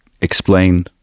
explain